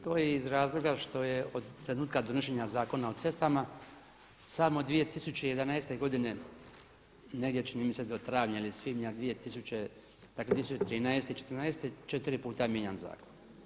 To je iz razloga što je od trenutka donošenja Zakona o cestama samo 2011. godine negdje čini mi se do travnja ili svibnja, dakle 2013. i četrnaeste četiri puta mijenjan zakon.